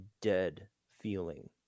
dead-feeling